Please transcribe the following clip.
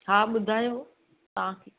हा ॿुधायो तव्हांखे